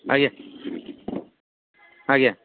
ଆଜ୍ଞା ଆଜ୍ଞା